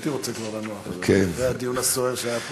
הייתי רוצה כבר לנוח אחרי הדיון הסוער שהיה פה.